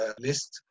list